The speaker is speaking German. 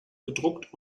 gedruckt